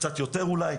קצת יותר אולי,